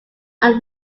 are